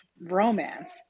romance